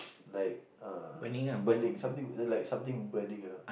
like uh burning something like something burning ah